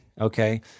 okay